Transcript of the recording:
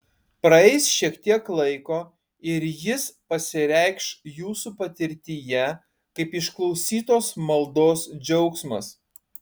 praeis šiek tiek laiko ir jis pasireikš jūsų patirtyje kaip išklausytos maldos džiaugsmas